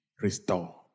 restore